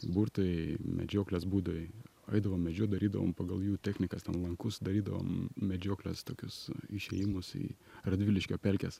burtai medžioklės būdai eidavom medžiot darydavom pagal jų technikas ten lankus darydavom medžioklės tokius išėjimus į radviliškio pelkes